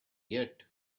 yet